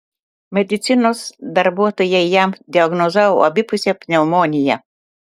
medicinos darbuotojai jam diagnozavo abipusę pneumoniją